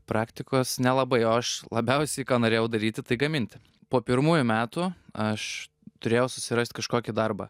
praktikos nelabai o aš labiausiai ką norėjau daryti tai gaminti po pirmųjų metų aš turėjau susirast kažkokį darbą